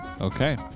Okay